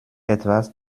etwas